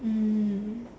mm